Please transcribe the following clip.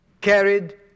carried